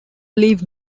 leave